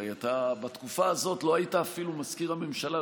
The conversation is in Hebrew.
הרי אתה בתקופה הזאת לא היית אפילו מזכיר הממשלה,